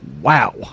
Wow